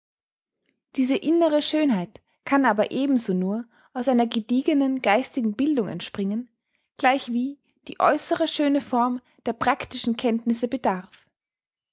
diese innere schönheit kann aber ebenso nur aus einer gediegenen geistigen bildung entspringen gleichwie die äußere schöne form der praktischen kenntnisse bedarf